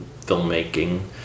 filmmaking